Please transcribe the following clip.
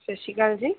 ਸਤਿ ਸ਼੍ਰੀ ਅਕਾਲ ਜੀ